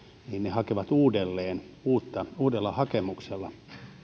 hakevat uudelleen uudella hakemuksella